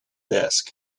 desk